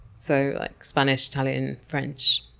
so like spanish, italian, french,